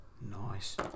Nice